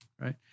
right